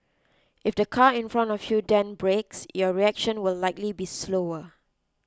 if the car in front of you then brakes your reaction will likely be slower